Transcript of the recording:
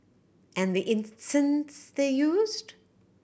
and the incense they used